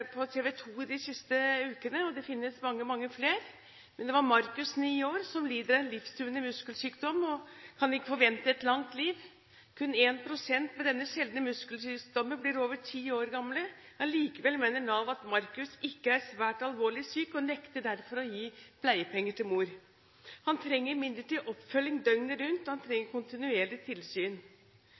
2 de siste ukene, og det finnes mange, mange flere. Det var Markus på ni år som lider av en livstruende muskelsykdom, og ikke kan forvente et langt liv. Kun 1 pst. med denne sjeldne muskelsykdommen blir over ti år gamle. Allikevel mener Nav at Markus ikke er svært alvorlig syk, og nekter derfor å gi pleiepenger til mor. Han trenger imidlertid oppfølging døgnet rundt, han trenger kontinuerlig tilsyn.